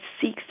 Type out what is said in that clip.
seeks